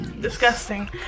Disgusting